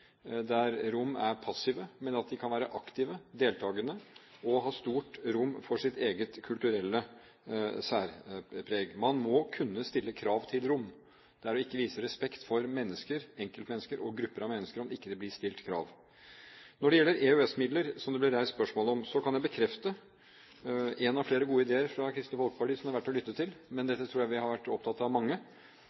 der romene er passive, men at de kan være aktive, deltakende og ha stort rom for sitt eget kulturelle særpreg. Man må kunne stille krav til romene. Det er ikke å vise respekt for mennesker – enkeltmennesker og grupper av mennesker – om det ikke blir stilt krav. Når det gjelder EØS-midler, som det ble reist spørsmål om, kan jeg bekrefte én av flere gode ideer fra Kristelig Folkeparti som det er verdt å lytte til – men dette tror jeg vi er mange som har vært opptatt av